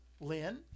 Lynn